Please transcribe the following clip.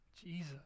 Jesus